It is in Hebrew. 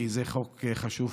כי זה חוק חשוב,